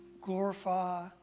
Glorify